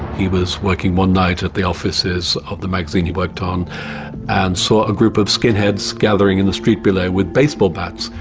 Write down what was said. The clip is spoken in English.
he was working one night at the offices of the magazine he worked on and saw a group of skinheads gathering in the street below with baseball bats,